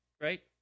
right